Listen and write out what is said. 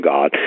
God